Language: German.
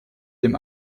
dem